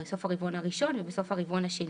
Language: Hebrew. בסוף הרבעון הראשון ובסוף הרבעון השני.